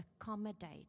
accommodate